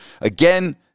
again